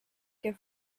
que